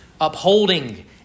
upholding